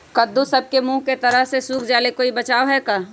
कददु सब के मुँह के तरह से सुख जाले कोई बचाव है का?